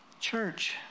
Church